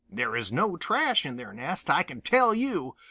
there is no trash in their nest, i can tell you!